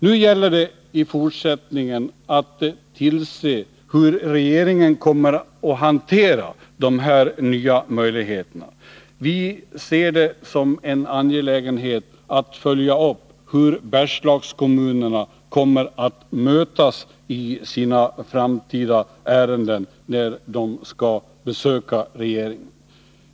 Nu gäller det att se hur regeringen kommer att ta till vara dessa nya möjligheter i fortsättningen. Vi ser det som angeläget att följa upp hur Bergslagskommunerna möts när de besöker regeringen i sina framtida ärenden.